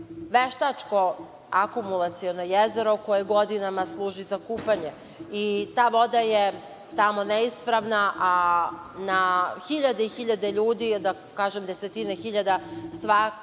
veštačko akumulacino jezero koje godinama služi za kupanje, i ta voda je tamo neispravna, a na hiljade i hiljade ljudi, desetine hiljada, svake